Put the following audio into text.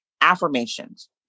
affirmations